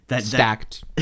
stacked